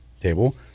table